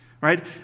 right